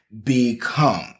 become